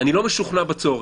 לא משוכנע בצורך,